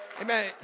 Amen